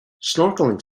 snorkeling